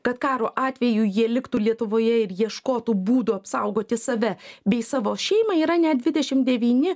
kad karo atveju jie liktų lietuvoje ir ieškotų būdų apsaugoti save bei savo šeimą yra net dvidešim devyni